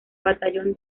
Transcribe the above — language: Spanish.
batallón